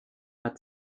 hat